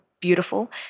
beautiful